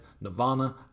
Nirvana